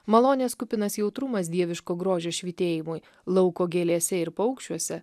malonės kupinas jautrumas dieviško grožio švytėjimui lauko gėlėse ir paukščiuose